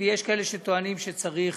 ויש כאלה שטוענים שצריך